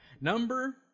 Number